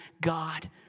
God